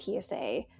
TSA